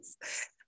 Yes